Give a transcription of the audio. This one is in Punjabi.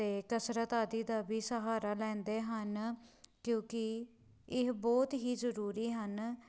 ਅਤੇ ਕਸਰਤ ਆਦਿ ਦਾ ਵੀ ਸਹਾਰਾ ਲੈਂਦੇ ਹਨ ਕਿਉਂਕਿ ਇਹ ਬਹੁਤ ਹੀ ਜ਼ਰੂਰੀ ਹਨ